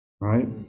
right